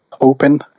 open